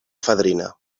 fadrina